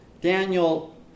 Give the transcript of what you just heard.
Daniel